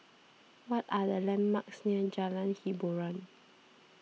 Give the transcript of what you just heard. what are the landmarks near Jalan Hiboran